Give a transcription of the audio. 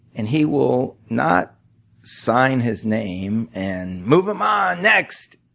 and he will not sign his name and, move them on, next.